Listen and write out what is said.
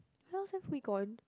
where else have we gone